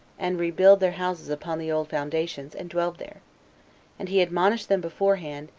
and rebuild their houses upon the old foundations, and dwell there and he admonished them beforehand,